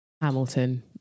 Hamilton